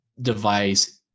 device